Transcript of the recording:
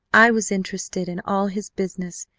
i was interested in all his business,